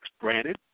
Granted